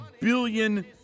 billion